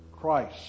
Christ